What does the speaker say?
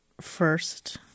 first